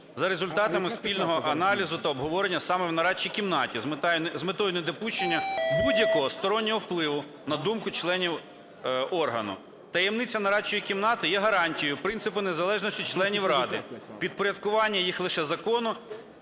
за результатами спільного аналізу та обговорення саме в нарадчій кімнаті з метою недопущення будь-якого стороннього впливу на думку членів органу. Таємниця нарадчої кімнати є гарантію принципу незалежності членів ради, підпорядкування їх лише закону